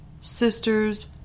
sisters